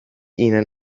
ihnen